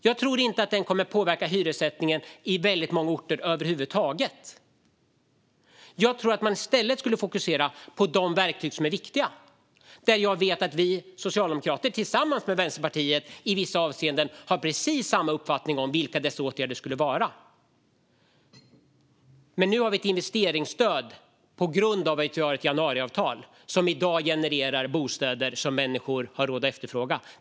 Jag tror inte att den kommer att påverka hyressättningen över huvud taget på väldigt många orter. Jag tror att man i stället skulle behöva fokusera på de verktyg som är viktiga. Jag vet att vi socialdemokrater och Vänsterpartiet i vissa avseenden har precis samma uppfattning om vilka åtgärder som skulle behövas. Men nu har vi ett investeringsstöd på grund av att vi har ett januariavtal som i dag genererar bostäder som människor har råd att efterfråga.